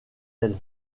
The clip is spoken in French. elle